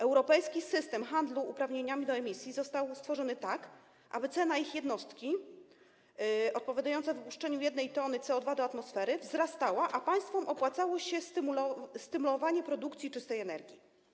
Europejski system handlu uprawnieniami do emisji został stworzony tak, aby cena ich jednostki, odpowiadająca wypuszczeniu 1 t CO2 do atmosfery, wzrastała, a państwom opłacało się stymulowanie produkcji czystej energii.